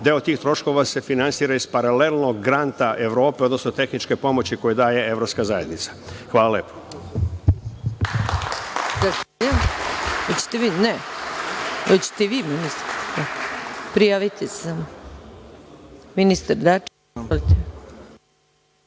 Deo tih troškova se finansira iz paralelnog granta Evrope, odnosno tehničke pomoći koju daje Evropska zajednica. Hvala lepo.